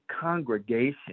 congregation